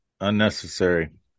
unnecessary